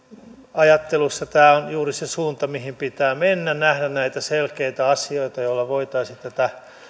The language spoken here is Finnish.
ajattelussa tämä on juuri se suunta mihin pitää mennä nähdä näitä selkeitä asioita joilla voitaisiin tätä